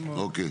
אוקיי.